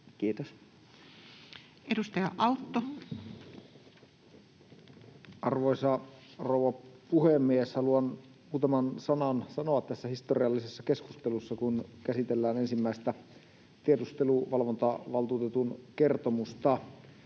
Time: 21:42 Content: Arvoisa rouva puhemies! Haluan muutaman sanan sanoa tässä historiallisessa keskustelussa, kun käsitellään ensimmäistä tiedusteluvalvontavaltuutetun kertomusta.